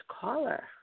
caller